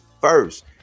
first